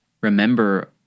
remember